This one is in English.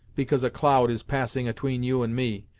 because a cloud is passing atween you and me,